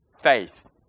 faith